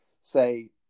say